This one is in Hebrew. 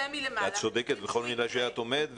מלמעלה --- את צודקת בכל מילה שאת אומרת,